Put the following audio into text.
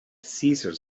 cesar